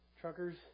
Truckers